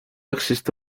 existe